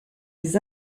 des